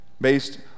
Based